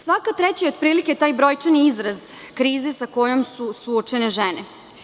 Svaka treća je otprilike taj brojčani izraz krize sa kojom su suočene žene.